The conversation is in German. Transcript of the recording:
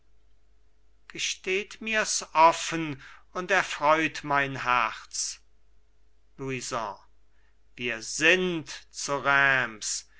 gesteht mirs offen und erfreut mein herz louison wir sind zu reims